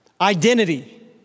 identity